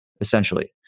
essentially